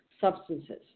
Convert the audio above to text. substances